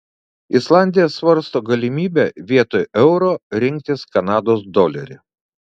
islandija svarsto galimybę vietoj euro rinktis kanados dolerį